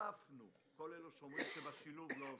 הוספנו לכל מי שאומרים שבשילוב לא הוספנו,